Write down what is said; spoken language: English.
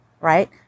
Right